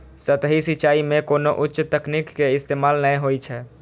सतही सिंचाइ मे कोनो उच्च तकनीक के इस्तेमाल नै होइ छै